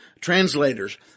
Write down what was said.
translators